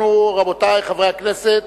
אנחנו, רבותי חברי הכנסת,